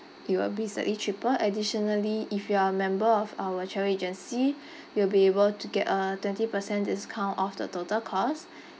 it will be slightly cheaper additionally if you are a member of our travel agency you'll be able to get a twenty percent discount off the total cost